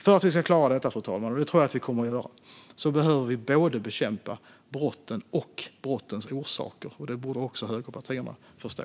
För att vi ska klara detta, fru talman - och det tror jag att vi kommer att göra - behöver vi bekämpa både brotten och brottens orsaker. Detta borde också högerpartierna förstå.